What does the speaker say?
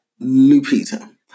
Lupita